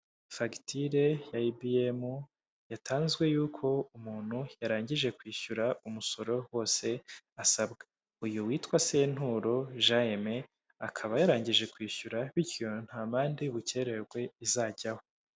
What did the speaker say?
Fagitire ya ibiyemu yatanzwe y'uko umuntu yarangije kwishyura umusoro wose asabwa. Uyu witwa senturo ja eme akaba yarangije kwishyura, bityo nta mande y'ubukererwe izajyaho.